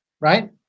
right